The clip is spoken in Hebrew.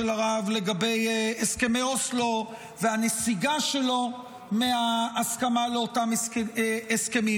הרב לגבי הסכמי אוסלו והנסיגה שלו מההסכמה לאותם הסכמים,